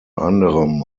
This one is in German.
anderem